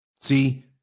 See